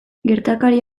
gertakari